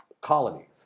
Colonies